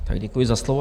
Děkuji za slovo.